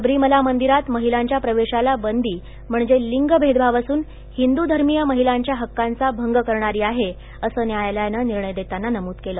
शबरीमला मंदिरात महिलां या वेशाला बंदी हणजे लिंग भेदभाव असून हिंदू धम य महिलां या ह कांचा भंग करणारी आहे असं यायालयानं हा निणय देताना नमूद केलं